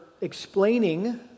explaining